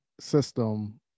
system